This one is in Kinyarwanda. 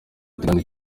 kandi